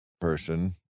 person